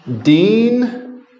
Dean